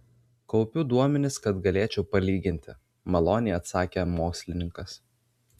kaupiu duomenis kad galėčiau palyginti maloniai atsakė mokslininkas